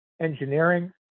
engineering